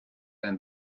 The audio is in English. than